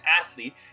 athlete